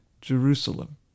Jerusalem